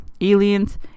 Aliens